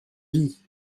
vie